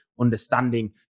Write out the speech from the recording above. understanding